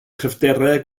cryfderau